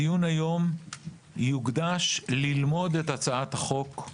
הדיון היום יוקדש ללמוד את הצעת החוק,